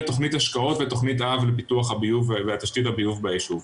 תוכנית השקעות ותוכנית אב לפיתוח הביוב ותשתית הביוב ביישוב.